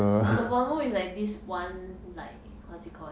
dormammu is like this one like what's it called